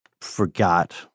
forgot